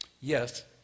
Yes